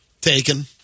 taken